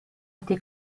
été